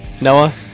Noah